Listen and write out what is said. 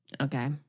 okay